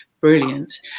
Brilliant